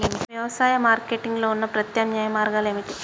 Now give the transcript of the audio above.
వ్యవసాయ మార్కెటింగ్ లో ఉన్న ప్రత్యామ్నాయ మార్గాలు ఏమిటి?